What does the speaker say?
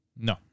No